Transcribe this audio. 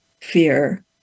fear